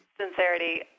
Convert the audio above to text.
sincerity